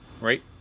right